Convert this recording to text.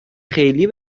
خیلی